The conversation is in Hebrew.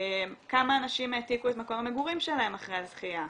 כמה אנשים העתיקו את מקום המגורים שלהם אחרי הזכייה?